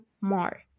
more